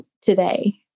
today